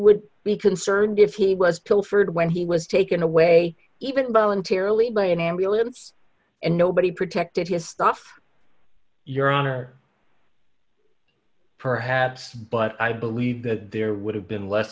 would be concerned if he was pilfered when he was taken away even voluntarily by an ambulance and nobody protected his stuff your honor perhaps but i believe that there would have been less